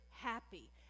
Happy